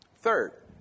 Third